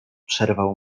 przerwał